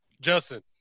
Justin